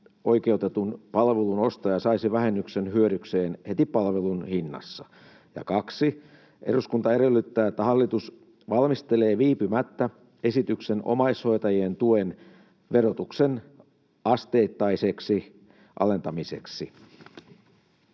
oikeutetun palvelun ostaja saisi vähennyksen hyödykseen heti palvelun hinnassa.” 2. ”Eduskunta edellyttää, että hallitus valmistelee viipymättä esityksen omaishoitajien tuen verotuksen asteittaiseksi alentamiseksi.”